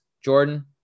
Jordan